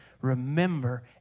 remember